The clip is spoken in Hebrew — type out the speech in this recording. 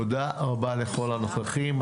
תודה רבה לכל הנוכחים.